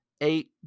Eight